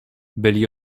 byli